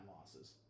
losses